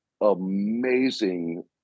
amazing